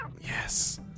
Yes